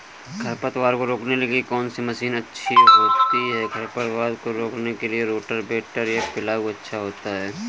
खरपतवार को रोकने के लिए कौन सी मशीन अधिक उपयोगी है?